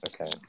Okay